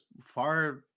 far